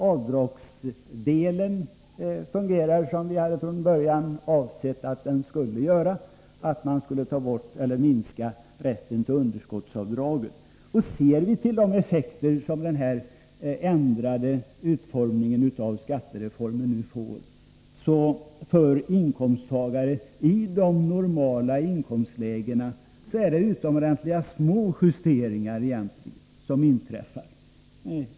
Avdragsdelen fungerar som vi från början avsåg att den skulle göra. Man skulle ta bort rätten till underskottsavdrag. Ser vi till de effekter som den ändrade skattereformen nu får, finner vi att det egentligen är utomordentligt små justeringar som inträffar för inkomsttagare i de normala inkomstlägena.